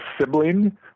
sibling